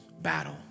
battle